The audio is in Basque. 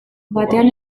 batean